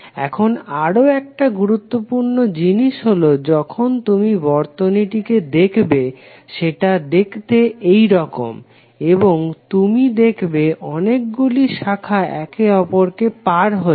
এখন আরও একটা গুরুত্বপূর্ণ জিনিস হলো যখন তুমি বর্তনীটিকে দেখবে সেটা দেখতে এইরকম এবং তুমি দেখবে অনেকগুলি শাখা একে অপরকে পার হচ্ছে